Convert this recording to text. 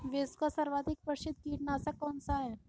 विश्व का सर्वाधिक प्रसिद्ध कीटनाशक कौन सा है?